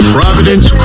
Providence